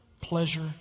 pleasure